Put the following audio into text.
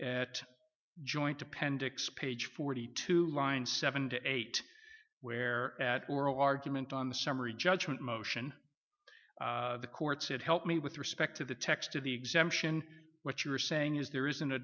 at joint appendix page forty two line seven to eight where at oral argument on the summary judgment motion the court said help me with respect to the text of the exemption what you're saying is there isn't a